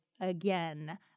again